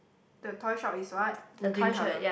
the toy shop is what in green colour